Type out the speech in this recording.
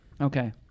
Okay